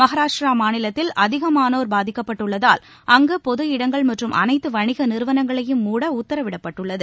மகாராஷ்ட்டிரா மாநிலத்தில் அதிகமானோர் பாதிக்கப்பட்டுள்ளதால் அங்கு பொதுஇடங்கள் மற்றும் அனைத்து வணிக நிறுவனங்களையும் மூட உத்தரவிடப்பட்டுள்ளது